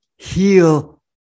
heal